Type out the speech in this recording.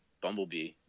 Bumblebee